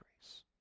grace